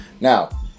Now